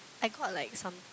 I got like some